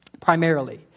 primarily